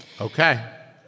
Okay